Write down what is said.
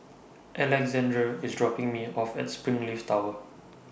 Alexandr IS dropping Me off At Springleaf Tower